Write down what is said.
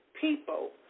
people